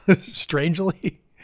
strangely